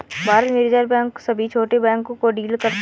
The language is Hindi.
भारत में रिज़र्व बैंक सभी छोटे बैंक को डील करता है